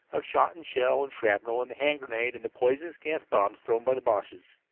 of shot and shell and shrapnel and the hand grenade and the poisonous gas bombs thrown by the boches.